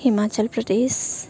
Himachal Pradesh